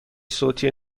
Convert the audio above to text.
صوتی